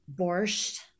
borscht